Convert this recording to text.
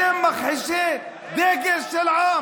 אתם מכחישי דגל של עם.